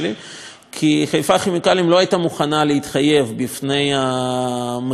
כי חיפה כימיקלים לא הייתה מוכנה להתחייב בפני מקימי המפעל